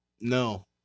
No